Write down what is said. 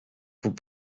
vous